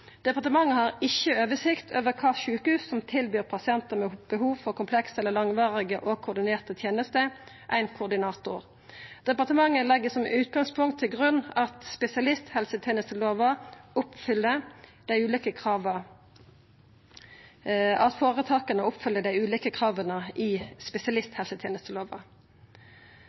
Departementet har ikkje oversikt over kva sjukehus som tilbyr pasientar med behov for komplekse eller langvarige og koordinerte tenester, ein koordinator. Departementet legg som utgangspunkt til grunn at føretaka oppfyller dei ulike krava i spesialisthelsetenestelova.